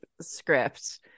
script